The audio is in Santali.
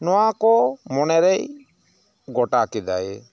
ᱱᱚᱣᱟᱠᱚ ᱢᱚᱱᱮᱨᱮᱭ ᱜᱚᱴᱟ ᱠᱮᱫᱟᱭ